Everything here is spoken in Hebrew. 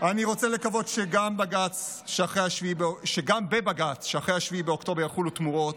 אני רוצה לקוות שגם בבג"ץ שאחרי 7 באוקטובר יחולו תמורות,